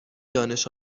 دانش